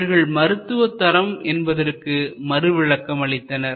இவர்கள் மருத்துவதரம் என்பதற்கு மறு விளக்கம் அளித்தனர்